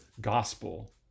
gospel